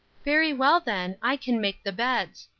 very well, then, i can make the beds.